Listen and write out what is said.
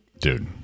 Dude